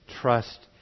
trust